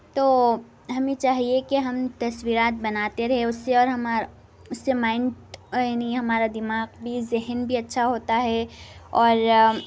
تو ہمیں چاہیے کہ ہم تصویرات بناتے رہے اس سے اور ہمارا اس سے مائنڈ اور یعنی ہمارا دماغ بھی ذہن بھی اچھا ہوتا ہے اور